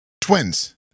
Twins